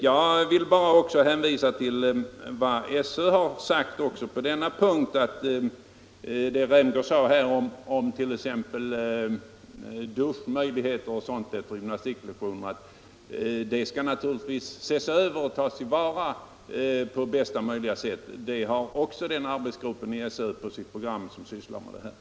Därvid kommer idrotten att få en framträdande plats. Herr Rämgård nämnde också duschmöjligheterna i samband med gymnastiklektionerna, och där vill jag hänvisa till vad skolöverstyrelsen har sagt. Möjligheterna i det fallet skall givetvis ses över och tas till vara på bästa möjliga sätt. Den arbetsgrupp som tillsatts på skolöverstyrelsen skall också syssla med dessa frågor och har dem på sitt program.